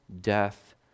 death